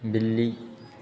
बिल्ली